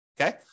Okay